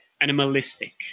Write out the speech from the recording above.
animalistic